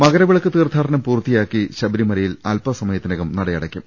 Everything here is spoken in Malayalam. മകരവിളക്ക് തീർഥാടനം പൂർത്തിയാക്കി ശബരിമലയിൽ അൽപ സമയത്തിനകം നട അടയ്ക്കും